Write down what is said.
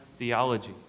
theology